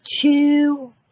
two